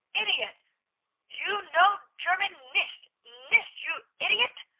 idiotte you know german, nicht! nicht, you idiotte!